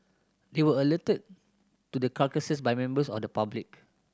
they were alerted to the carcasses by members of the public